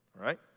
right